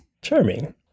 Charming